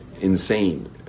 insane